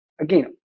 Again